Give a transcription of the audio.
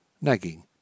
nagging